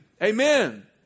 Amen